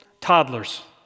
Toddlers